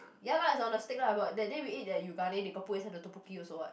ya lah is on the steak lah but that day we eat that yoogane they got put inside the tteokbokki also what